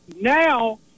now